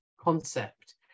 concept